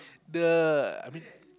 the I mean